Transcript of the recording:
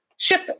Ship